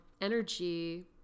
energy